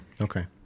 Okay